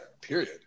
Period